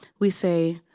we say,